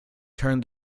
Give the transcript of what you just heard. turned